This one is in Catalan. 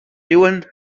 riuen